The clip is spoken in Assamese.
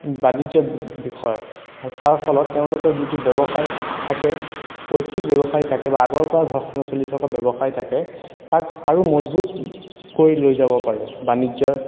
বাণিজ্য বিষয়ত তাৰ ফলত তেওঁলোকৰ যিটো ব্যৱসায় থাকে পৈতৃক ব্যৱসায় থাকে বা আগৰ পৰা ঘৰখনত চলি থকা ব্যৱসায় থাকে তাক আৰু মজবুত কৰি লৈ যাব পাৰে বাণিজ্যৰ